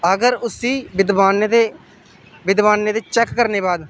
अगर उस्सी विद्वानें दे विद्वानें दे चैक करने दे बाद